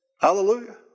Hallelujah